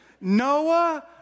Noah